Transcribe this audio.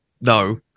no